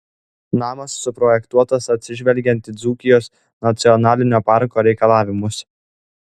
namas suprojektuotas atsižvelgiant į dzūkijos nacionalinio parko reikalavimus